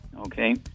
okay